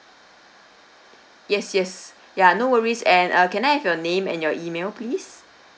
yes yes ya no worries and uh can I have your name and your email please